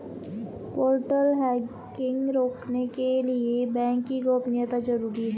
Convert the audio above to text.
portal hacking रोकने के लिए बैंक की गोपनीयता जरूरी हैं